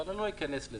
אבל אני לא איכנס לזה.